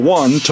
one